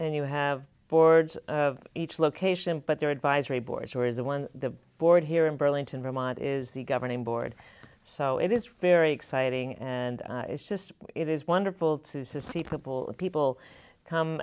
and you have boards of each location but there are advisory boards who are is the one the board here in burlington vermont is the governing board so it is very exciting and it's just it is wonderful to see people people come